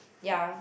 ya